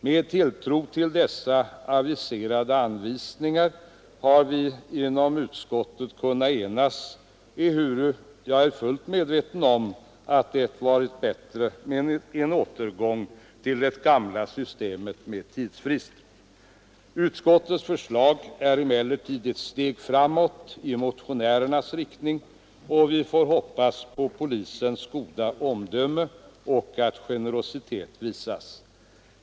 Med tilltro till dessa aviserade anvisningar har vi inom utskottet kunnat enas, ehuru jag är fullt medveten om att det hade varit bättre med en återgång till det gamla systemet med viss tidsfrist. Utskottets förslag är emellertid ett steg framåt i motionernas riktning, och vi får hoppas på polisens goda omdöme samt att generositet kommer att visas.